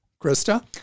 Krista